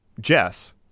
Jess